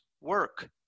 work